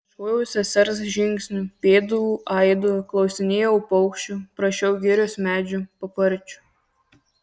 ieškojau sesers žingsnių pėdų aido klausinėjau paukščių prašiau girios medžių paparčių